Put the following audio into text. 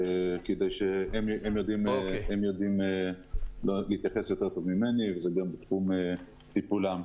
זה תחום הטיפול שלהם.